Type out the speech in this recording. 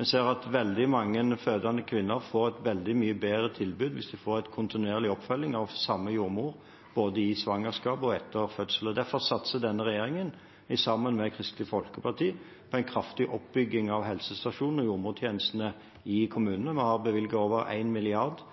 Vi ser at veldig mange fødende kvinner får et veldig mye bedre tilbud hvis de får kontinuerlig oppfølging fra den samme jordmoren, både i svangerskapet og etter fødselen. Derfor satser denne regjeringen, sammen med Kristelig Folkeparti, på en kraftig oppbygging av helsestasjonene og jordmortjenestene i kommunene. Vi har bevilget over